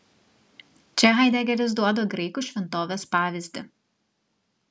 čia haidegeris duoda graikų šventovės pavyzdį